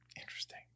interesting